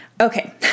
Okay